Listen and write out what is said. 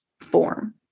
form